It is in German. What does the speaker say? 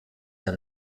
der